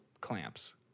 clamps